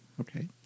Okay